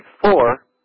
four